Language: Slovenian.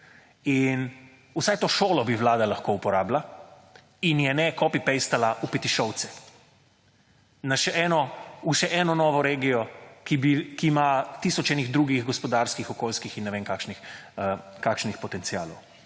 in vsaj to šolo bi Vlada lahko uporabila in je ne copy past v Petišovce na še eno, v še eno novo regijo, ki ima tisoč enih drugih gospodarskih, okoljskih in ne vem kakšnih potencialov.